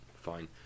fine